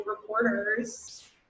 reporters